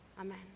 Amen